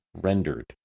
rendered